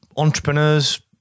entrepreneurs